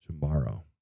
tomorrow